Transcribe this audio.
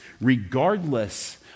regardless